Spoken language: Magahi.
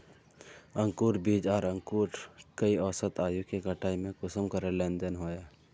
अंकूर बीज आर अंकूर कई औसत आयु के कटाई में कुंसम करे लेन देन होए?